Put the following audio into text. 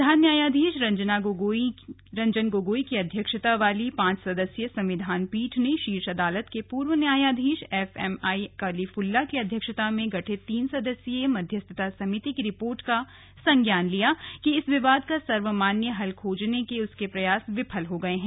प्रधान न्यायाधीश रंजन गोगोई की अध्यक्षता वाली पांच सदस्यीय संविधान पीठ ने शीर्ष अदालत के पूर्व न्यायाधीश एफएमआई कलीफुल्ला की अध्यक्षता में गठित तीन सदस्यीय मध्यस्थता समिति की रिपोर्ट का संज्ञान लिया कि इस विवाद का सर्वमान्य हल खोजने के उसके प्रयास विफल हो गये हैं